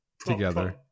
together